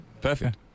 Perfect